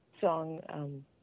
song